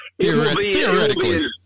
theoretically